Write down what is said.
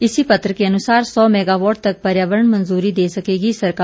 इसी पत्र के अनुसार सौ मेगावॉट तक पर्यावरण मंजूरी दे सकेगी सरकार